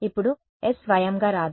ఇప్పుడు s స్వయంగా రాదు